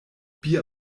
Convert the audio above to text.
bier